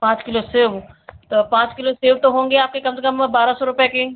पाँच किलो सेब तो पाँच किलो सेब तो होंगे आपके कम से कम बारह सौ रुपये के